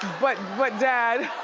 but but dad,